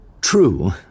True